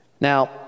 Now